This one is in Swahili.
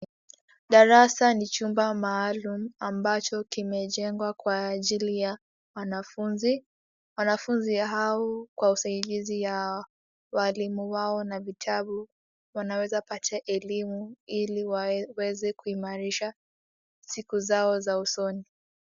Darasa ni chumba maalum ambacho kimejengwa kwa ajili ya wanafunzi, wanafunzi hao kwa usaidizi wa walimu wao na vitabu wanaweza pata elimu yao ili waweze kuimarisha siku zao za usoni.